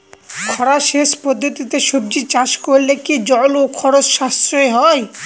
খরা সেচ পদ্ধতিতে সবজি চাষ করলে কি জল ও খরচ সাশ্রয় হয়?